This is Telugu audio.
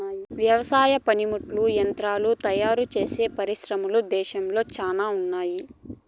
వ్యవసాయ పనిముట్లు యంత్రాలు తయారుచేసే పరిశ్రమలు దేశంలో శ్యానా ఉన్నాయి